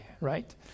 right